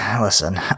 Listen